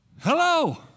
Hello